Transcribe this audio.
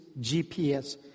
GPS